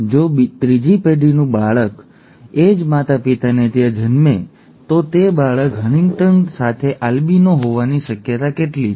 જો ત્રીજી પેઢીનું બીજું બાળક એ જ માતાપિતાને ત્યાં જન્મે તો તે બાળક હન્ટિંગ્ટન સાથે આલ્બિનો હોવાની શક્યતા કેટલી છે